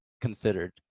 considered